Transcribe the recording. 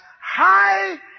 high